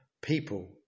people